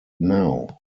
now